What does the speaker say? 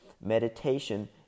Meditation